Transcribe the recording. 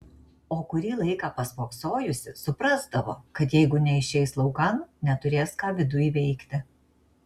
o kurį laiką paspoksojusi suprasdavo kad jeigu neišeis laukan neturės ką viduj veikti